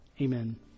amen